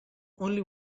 only